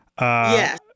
Yes